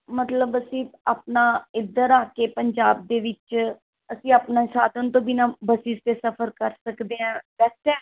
ਮਤਲਬ ਅਸੀਂ ਆਪਣਾ ਇੱਧਰ ਆ ਕੇ ਪੰਜਾਬ ਦੇ ਵਿੱਚ ਅਸੀਂ ਆਪਣਾ ਸਾਧਨ ਤੋਂ ਬਿਨਾ ਬੱਸਿਸ 'ਤੇ ਸਫ਼ਰ ਕਰ ਸਕਦੇ ਹਾਂ ਬੈਸਟ ਹੈ